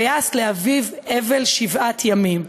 "ויעש לאביו אבל שבעת ימים".